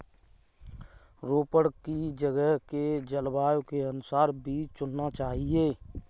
रोपड़ की जगह के जलवायु के अनुसार बीज चुनना चाहिए